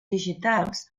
digitals